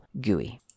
GUI